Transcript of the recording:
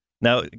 Now